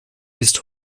ist